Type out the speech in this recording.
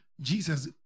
jesus